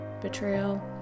betrayal